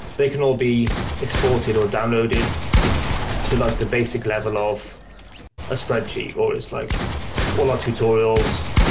they can all be exported or downloaded to like the basic level of a spreadsheet or is like all our tutorials,